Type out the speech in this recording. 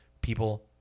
People